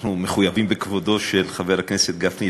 אנחנו מחויבים בכבודו של חבר הכנסת גפני,